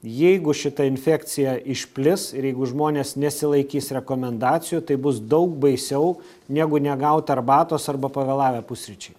jeigu šita infekcija išplis ir jeigu žmonės nesilaikys rekomendacijų tai bus daug baisiau negu negaut arbatos arba pavėlavę pusryčiai